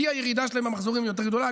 כי הירידה שלהם במחזורים יותר גדולה.